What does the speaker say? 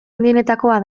handienetakoa